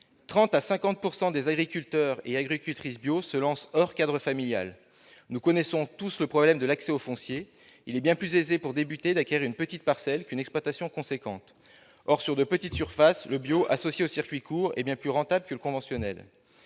30 % à 50 % des agriculteurs et agricultrices bio se lancent hors cadre familial. Nous connaissons tous le problème de l'accès au foncier. Il est bien plus aisé, pour commencer, d'acquérir une petite parcelle plutôt qu'une exploitation importante. Or, sur de petites surfaces, le bio, associé aux circuits courts, est bien plus rentable que le conventionnel.